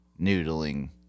noodling